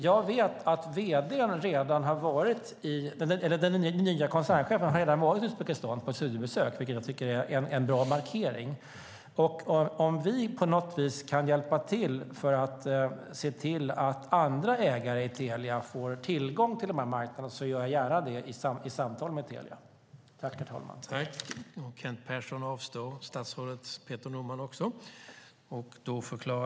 Jag vet att den nya koncernchefen redan har varit i Uzbekistan på studiebesök, vilket jag tycker är en bra markering. Om vi på något vis kan hjälpa till för att se till att andra ägare i Telia får tillgång till dessa marknader gör jag gärna det i samtal med Telia.